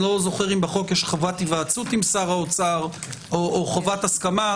אני לא זוכר אם בחוק יש חובת היוועצות עם שר האוצר או חובת הסכמה.